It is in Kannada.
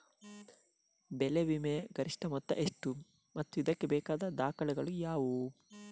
ಬೆಳೆ ವಿಮೆಯ ಗರಿಷ್ಠ ಮೊತ್ತ ಎಷ್ಟು ಮತ್ತು ಇದಕ್ಕೆ ಬೇಕಾದ ದಾಖಲೆಗಳು ಯಾವುವು?